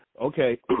Okay